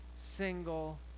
single